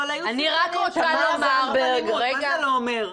אבל היו סרטונים שאין בהם אלימות, מה זה לא אומר?